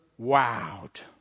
wowed